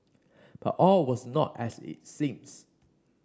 but all was not as it seemed